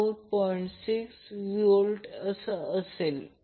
आणि जर एकत्र बनवले तर ते व्होल्ट अँपिअर असेल